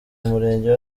murenge